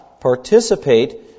participate